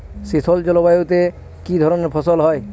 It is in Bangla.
শীতল জলবায়ুতে কি ধরনের ফসল হয়?